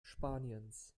spaniens